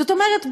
זאת אומרת,